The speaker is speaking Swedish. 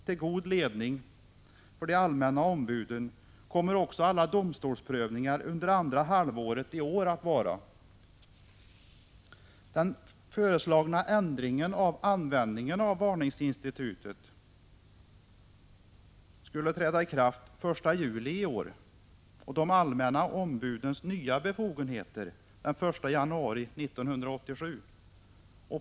Till god ledning för de allmänna ombuden kommer också alla domstolsprövningar under andra halvåret i år att vara. Den föreslagna ändringen av användningen av varningsinstitutet skall nämligen träda i kraft den 1 juli i år och de allmänna ombudens nya befogenheter den 1 januari 1987.